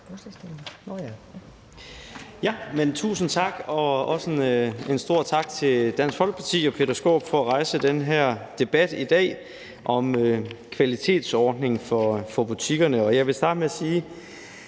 Tusind tak, og også en stor tak til Dansk Folkeparti og hr. Peter Skaarup for at rejse den her debat om en kvalitetsordning for butikkerne.